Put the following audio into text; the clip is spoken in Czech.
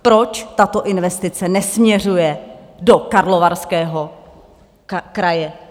Proč tato investice nesměřuje do Karlovarského kraje?